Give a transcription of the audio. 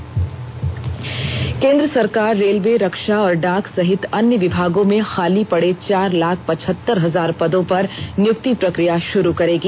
नौकरी केन्द्र सरकार रेलवे रक्षा और डाक सहित अन्य विभागों में खाली पड़े चार लाख पचहतर हजार पदों पर नियुक्ति प्रक्रिया षुरू करेगी